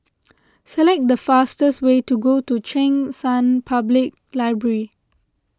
select the fastest way to go to Cheng San Public Library